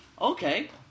Okay